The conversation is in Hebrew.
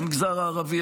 במגזר הערבי,